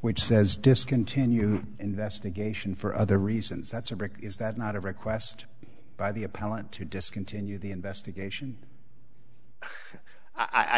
which says discontinue investigation for other reasons that's a brick is that not a request by the appellant to discontinue the investigation i